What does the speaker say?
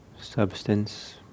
substance